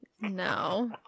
No